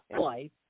life